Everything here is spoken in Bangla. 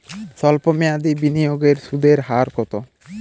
সল্প মেয়াদি বিনিয়োগের সুদের হার কত?